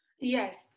yes